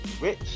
rich